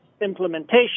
implementation